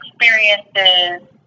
experiences